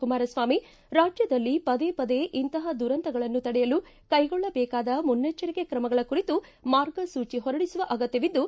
ಕುಮಾರಸ್ವಾಮಿ ರಾಜ್ಯದಲ್ಲಿ ಪದೇ ಪದೇ ಇಂತಹ ದುರಂತಗಳನ್ನು ತಡೆಯಲು ಕೈಗೊಳ್ಳಬೇಕಾದ ಮುನ್ನೆಚ್ಚರಿಕೆ ತ್ರಮಗಳ ಕುರಿತು ಮಾರ್ಗಸೂಚಿ ಹೊರಡಿಸುವ ಅಗತ್ಯವಿದ್ದು